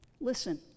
Listen